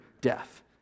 death